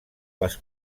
les